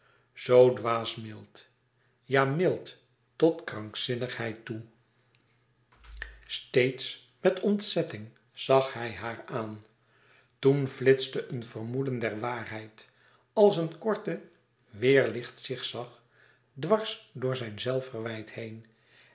zoo dwaas mild ja mild tot krankzinnigheid toe steeds met ontzetting zag hij haar aan toen flitste een vermoeden der waarheid als een korte weêrlichtzigzag dwars door zijn zelfverwijt heen